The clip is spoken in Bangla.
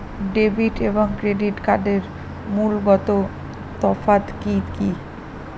ডেবিট এবং ক্রেডিট কার্ডের মূলগত তফাত কি কী?